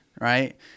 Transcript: right